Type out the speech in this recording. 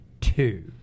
two